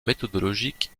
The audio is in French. méthodologiques